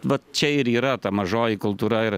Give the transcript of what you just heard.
vat čia ir yra ta mažoji kultūra ir